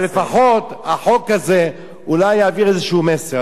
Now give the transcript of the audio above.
אבל לפחות החוק הזה אולי יעביר איזה מסר,